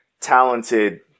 talented